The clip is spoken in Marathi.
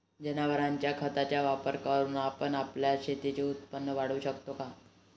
जनावरांच्या खताचा वापर करून आपण आपल्या शेतीचे उत्पन्न वाढवू शकतो